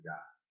God